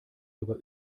sogar